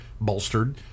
bolstered